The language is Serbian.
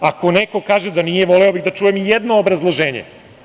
Ako neko kaže da nije, voleo bih da čujem i jedno obrazloženje.